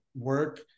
work